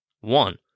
One